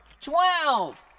twelve